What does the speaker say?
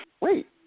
wait